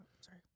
Sorry